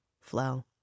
flow